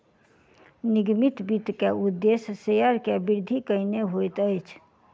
निगमित वित्त के उदेश्य शेयर के वृद्धि केनै होइत अछि